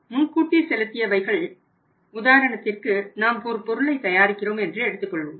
முன்கூட்டி செலுத்தியவைகள் உதாரணத்திற்கு நாம் ஒரு பொருளை தயாரிக்கிறோம் என்று எடுத்துக்கொள்வோம்